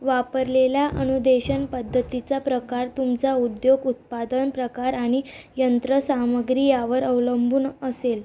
वापरलेल्या अनुदेशन पद्धतीचा प्रकार तुमचा उद्योग उत्पादन प्रकार आणि यंत्रसामग्री यावर अवलंबून असेल